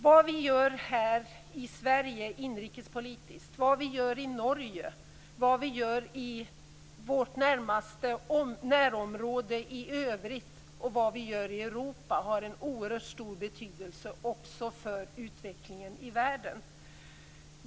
Vad vi gör här i Sverige inrikespolitiskt, vad man gör i Norge, vad man gör i vårt närområde i övrigt och vad man gör i Europa har en oerhört stor betydelse också för utvecklingen i världen.